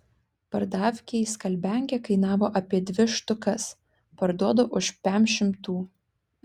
pardavkėj skalbiankė kainavo apie dvi štukas parduodu už pem šimtų